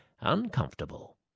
uncomfortable